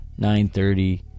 9.30